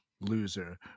loser